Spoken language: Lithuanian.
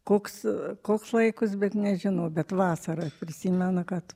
koks koks bet nežinau bet vasara prisimena kad